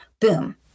Boom